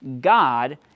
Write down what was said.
God